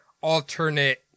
alternate